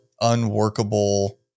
unworkable